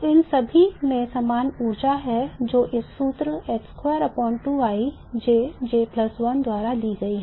उन सभी में समान ऊर्जा है जो इस सूत्र द्वारा दी गई है